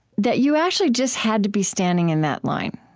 that you actually just had to be standing in that line.